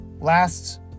lasts